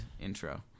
intro